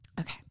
Okay